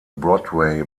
broadway